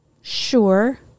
sure